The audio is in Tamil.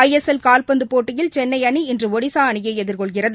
ஐ எஸ் எல் கால்பந்துபோட்டியில்சென்னைஅணி இன்றுஒடிசாஅணியைஎதிர்கொள்கிறது